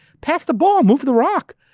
pass the ball, move the rock.